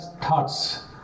thoughts